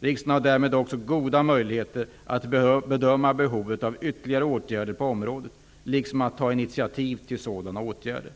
Riksdagen har därmed också goda möjligheter att bedöma behovet av ytterligare åtgärder på området, liksom att ta initiativ till sådana åtgärder.